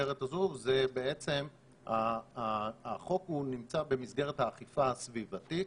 במסגרת הזו, החוק נמצא במסגרת האכיפה הסביבתית,